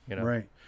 Right